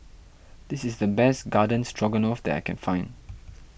this is the best Garden Stroganoff that I can find